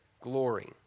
glory